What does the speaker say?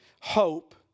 Hope